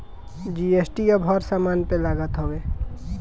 GST अब हर समान पे लागत हवे